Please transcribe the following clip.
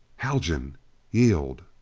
haljan yield.